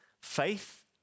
faith